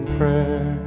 prayer